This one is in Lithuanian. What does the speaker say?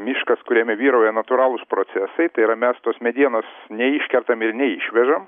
miškas kuriame vyrauja natūralūs procesai tai yra mes tos medienos neiškertam ir neišvežam